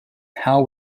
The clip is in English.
how